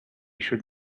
should